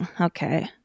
okay